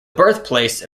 birthplace